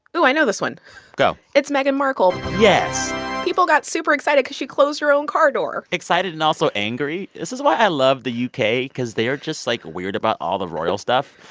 oh, i know this one go it's meghan markle yes people got super excited cause she closed her own car door excited and also angry. this is why i love the u k. cause they are just, like, weird about all the royal stuff.